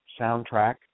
soundtrack